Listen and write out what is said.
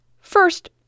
First